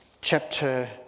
chapter